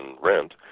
rent